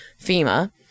FEMA